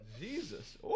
Jesus